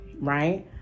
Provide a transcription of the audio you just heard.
Right